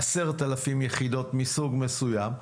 10,000 יחידות מסוג מסוים,